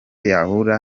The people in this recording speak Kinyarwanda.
yahura